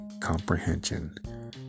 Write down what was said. comprehension